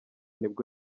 nibwo